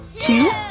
two